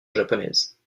japonaise